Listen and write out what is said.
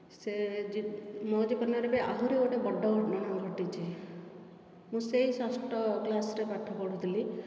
ସେ ମୋ ଜୀବନରେ ବି ଆହୁରି ଗୋଟେ ବଡ ଘଟଣା ଘଟିଛି ମୁଁ ସେଇ ଷଷ୍ଠ କ୍ଲାସରେ ପାଠ ପଢ଼ୁଥିଲି